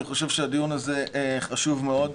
אני חושב שהדיון הזה הוא חשוב מאוד,